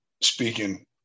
speaking